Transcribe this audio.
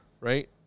right